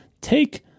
take